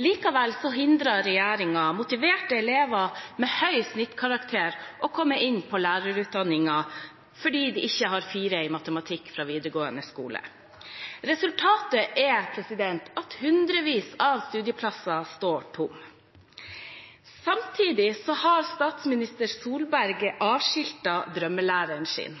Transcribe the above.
Likevel hindrer regjeringen motiverte elever med høy snittkarakter i å komme inn på lærerutdanningen fordi de ikke har 4 i matematikk fra videregående skole. Resultatet er at hundrevis av studieplasser står tomme. Samtidig har statsminister Solberg avskiltet drømmelæreren sin,